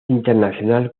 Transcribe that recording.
internacional